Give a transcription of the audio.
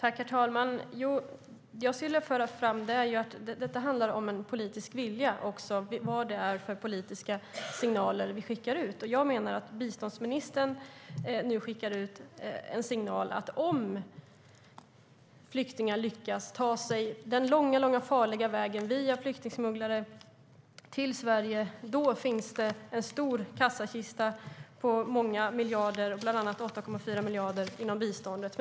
Herr talman! Det som jag skulle vilja föra fram är att detta också handlar om en politisk vilja och vilka politiska signaler som vi skickar ut. Jag menar att biståndsministern nu skickar ut signalen att om flyktingar lyckas ta sig den långa och farliga vägen via flyktingsmugglare till Sverige finns det en stor kassakista på många miljarder, bland annat 8,4 miljarder inom biståndet.